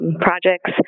projects